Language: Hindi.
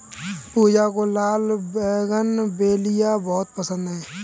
पूजा को लाल बोगनवेलिया बहुत पसंद है